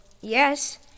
yes